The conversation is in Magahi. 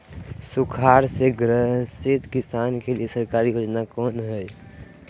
सुखाड़ से ग्रसित किसान के लिए सरकारी योजना कौन हय?